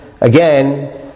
again